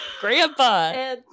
Grandpa